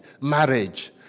marriage